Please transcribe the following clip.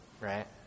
right